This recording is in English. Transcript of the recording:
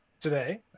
today